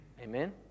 Amen